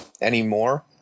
anymore